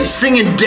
singing